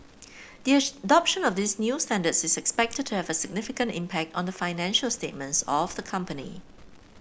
the adoption of these new standards is expected to have a significant impact on the financial statements of the company